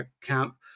camp